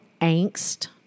angst